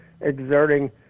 exerting –